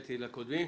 שהודיתי לקודמים,